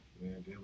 man